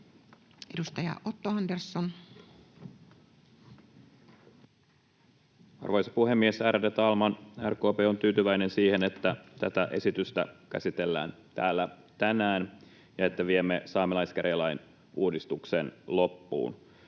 14:22 Content: Arvoisa puhemies, ärade talman! RKP on tyytyväinen siihen, että tätä esitystä käsitellään täällä tänään ja että viemme saamelaiskäräjälain uudistuksen loppuun.